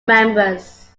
members